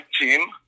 team